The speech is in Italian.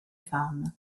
fan